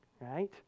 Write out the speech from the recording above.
right